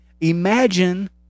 imagine